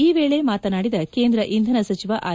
ಈ ವೇಳೆ ಮಾತನಾಡಿದ ಕೇಂದ್ರ ಇಂಧನ ಸಚಿವ ಆರ್